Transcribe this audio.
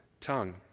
tongue